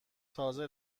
تازه